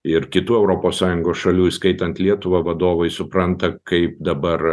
ir kitų europos sąjungos šalių įskaitant lietuvą vadovai supranta kaip dabar